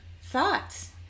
thoughts